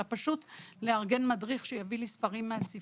אלא פשוט לארגן מדריך שיביא לו ספרים מהספרייה.